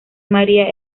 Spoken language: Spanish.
maría